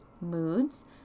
moods